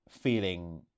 feeling